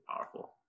powerful